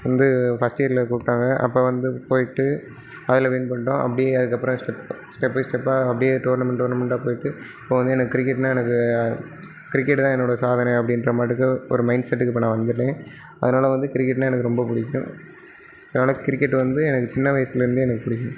வந்து ஃபஸ்ட் இயரில் கூப்பிட்டாங்க அப்போ வந்து போய்ட்டு அதில் வின் பண்ணிட்டோம் அப்படியே அதுக்கப்புறம் ஸ்டெப் ஸ்டெப் பை ஸ்டெப்பாக அப்படியே டோர்னமெண்ட் டோர்னமெண்ட்டா போய்ட்டு இப்போ வந்து எனக்கு கிரிக்கெட்டுனா எனக்கு கிரிக்கெட்டுதான் என்னோட சாதனை அப்படின்ற மாட்டுக்கு ஒரு மைண்ட் செட்டுக்கு இப்போ நான் வந்துவிட்டேன் அதனால வந்து கிரிக்கெட்டுனா எனக்கு ரொம்ப பிடிக்கும் அதனால் கிரிக்கெட் வந்து எனக்கு சின்ன வயசுலேருந்தே எனக்கு பிடிக்கும்